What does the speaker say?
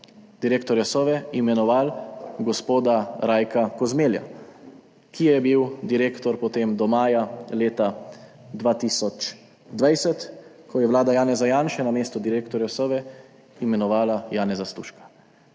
direktorja Sove imenovali gospoda Rajka Kozmelja, ki je potem bil direktor do maja leta 2020, ko je vlada Janeza Janše na mesto direktorja Sove imenovala Janeza Stuška.